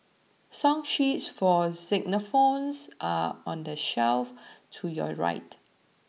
song sheets for xylophones are on the shelf to your right